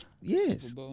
yes